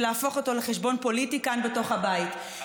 להפוך אותו לחשבון פוליטי כאן בתוך הבית,